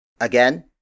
Again